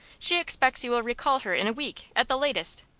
she expects you will recall her in a week, at the latest.